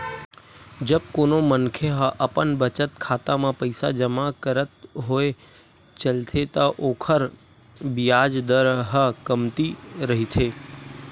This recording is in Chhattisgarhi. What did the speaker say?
जब कोनो मनखे ह अपन बचत खाता म पइसा जमा करत होय चलथे त ओखर बियाज दर ह कमती रहिथे